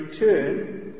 return